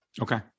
Okay